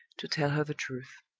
to tell her the truth.